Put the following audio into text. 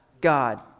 God